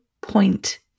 point